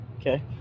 Okay